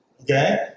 Okay